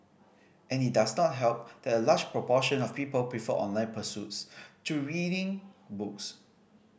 and it does not help that a large proportion of people prefer online pursuits to reading books